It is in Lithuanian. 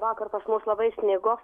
vakar pas mus labai snigo